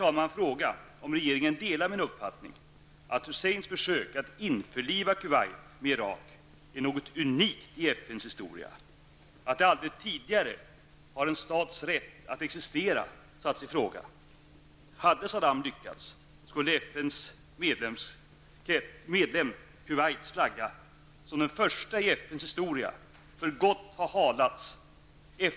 Jag vill fråga om regeringen delar min uppfattning att Husseins försök att införliva Kuwait med Irak är något unikt i FNs historia, dvs. att aldrig tidigare har en stats rätt att existera satts i fråga. Hade Saddam lyckats, skulle en FN medlems, Kuwaits, flagga som den första i FNs historia för gott ha halats.